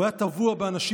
הוא היה טבוע באנשים.